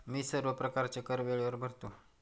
मी सर्व प्रकारचे कर वेळेवर भरतो